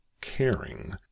Caring